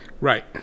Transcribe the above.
Right